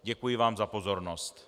Děkuji vám za pozornost.